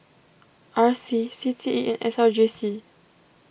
R C C T E and S R J C